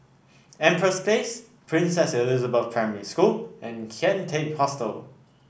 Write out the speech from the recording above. Empress Place Princess Elizabeth Primary School and Kian Teck Hostel